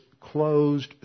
closed